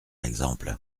exemple